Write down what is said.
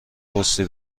پستی